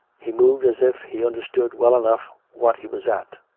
he moved as if he under stood well enough what he was at.